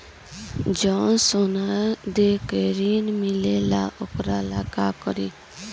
जवन सोना दे के ऋण मिलेला वोकरा ला का करी?